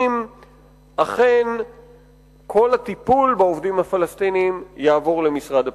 אכן כל הטיפול בעובדים הפלסטינים יעבור למשרד הפנים.